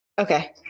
okay